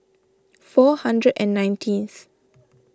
four hundred and nineteenth